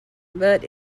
but